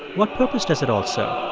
what purpose does it all so